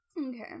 Okay